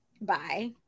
Bye